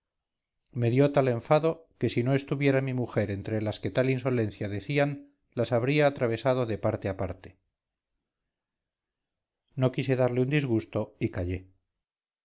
dio tal enfado que si no estuviera mi mujer entre las que tal insolencia decían las habría atravesado de parte a parte no quise darle un disgusto y callé